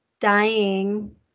dying